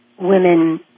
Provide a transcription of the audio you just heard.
women